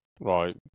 right